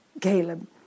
Caleb